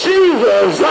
Jesus